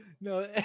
no